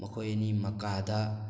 ꯃꯈꯣꯏ ꯑꯅꯤ ꯃꯀꯥꯗ